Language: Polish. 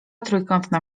trójkątna